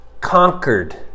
conquered